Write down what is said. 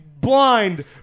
blind